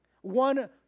one